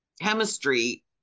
chemistry